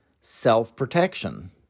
self-protection